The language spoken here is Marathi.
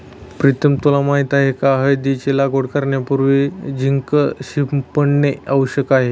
प्रीतम तुला माहित आहे का हळदीची लागवड करण्यापूर्वी झिंक शिंपडणे आवश्यक आहे